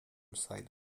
site